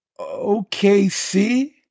OKC